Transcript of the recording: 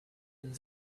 and